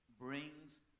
brings